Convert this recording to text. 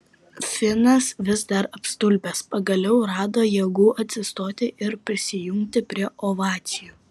finas vis dar apstulbęs pagaliau rado jėgų atsistoti ir prisijungti prie ovacijų